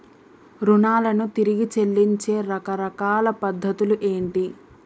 రుణాలను తిరిగి చెల్లించే రకరకాల పద్ధతులు ఏంటి?